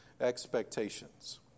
expectations